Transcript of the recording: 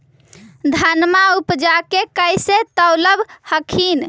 धनमा उपजाके कैसे तौलब हखिन?